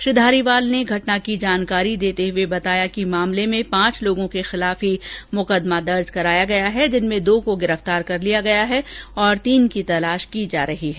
श्री धारीवाल ने घटना की जानकारी देते हुए बताया कि मामले में पांच लोर्गो के खिलाफ ही मुकदमा दर्ज कराया गया है जिनमें दो को गिरफ़्तार कर लिया गया तथा तीन की तलाश की जा रही है